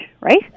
right